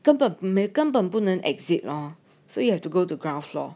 根本没根本不能 exit lor so you have to go to ground floor